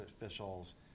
officials